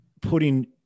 putting